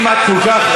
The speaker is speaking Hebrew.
ולכן,